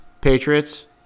Patriots